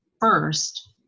first